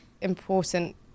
important